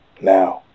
now